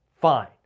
Fine